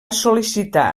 sol·licitar